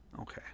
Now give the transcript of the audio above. okay